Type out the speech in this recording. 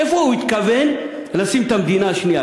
איפה הוא התכוון לשים את המדינה השנייה?